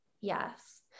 Yes